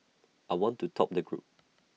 I want to top the group